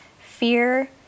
fear